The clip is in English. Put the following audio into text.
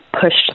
pushed